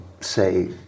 say